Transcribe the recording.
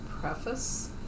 preface